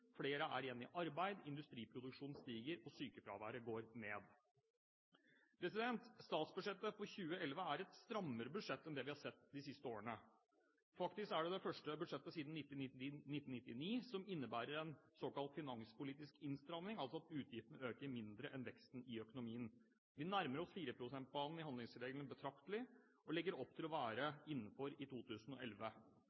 Flere er igjen i arbeid, industriproduksjonen stiger, og sykefraværet går ned. Statsbudsjettet for 2011 er et strammere budsjett enn det vi har sett de siste årene. Faktisk er dette det første budsjettet siden 1999 som innebærer en såkalt finanspolitisk innstramming – altså at utgiftene øker mindre enn veksten i økonomien. Vi nærmer oss 4-pst.banen i handlingsregelen betraktelig, og legger opp til å være